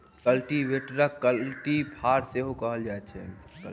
कल्टीवेटरकेँ कल्टी फार सेहो कहल जाइत अछि